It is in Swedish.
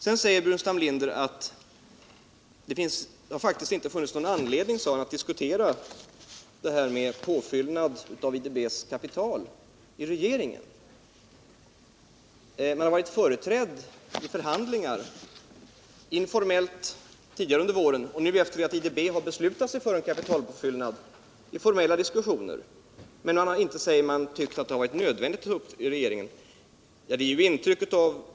Sedan säger Staffan Burenstam Linder att det faktiskt inte har funnits anledning att diskutera detta med påfyllnad av IDB:s kapital i regeringen. Man har varit företrädd i förhandlingar informellt tidigare under våren och nu efter att IDB har beslutat sig för kapitalpåfyllnad i formella diskussioner. Men man har inte, säger han, tyckt att det har varit nödvändigt att ta upp detta i regeringen.